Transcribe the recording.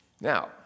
Now